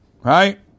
right